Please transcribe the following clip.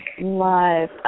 Live